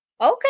okay